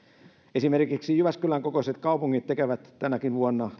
esimerkiksi jyväskylän kokoiset kaupungit tekevät tänäkin vuonna